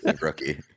rookie